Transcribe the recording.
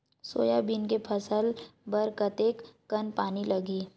Soybean के फसल बर कतेक कन पानी लगही?